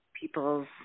people's